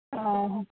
ᱚ ᱦᱚᱸ